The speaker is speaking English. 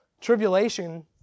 Tribulation